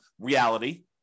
reality